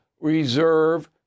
reserve